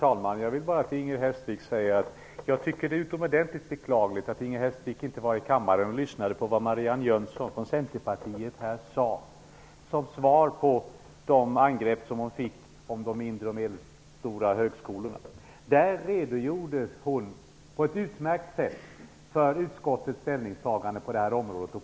Herr talman! Jag tycker att det är utomordentligt beklagligt att Inger Hestvik inte var i kammaren och lyssnade på vad Marianne Jönsson från centerpartiet sade som svar på de angrepp hon fick när det gällde de mindre och medelstora högskolorna. Marianne Jönsson redogjorde på ett utmärkt sätt för utskottets ställningstagande på detta område.